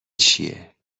چیه